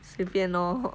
随便 lor